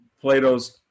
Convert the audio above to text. Plato's